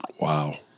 Wow